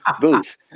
booth